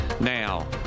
Now